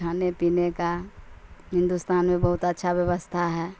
کھانے پینے کا ہندوستان میں بہت اچھا ویوستھا ہے